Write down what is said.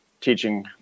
teaching